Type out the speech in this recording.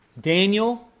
Daniel